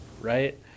right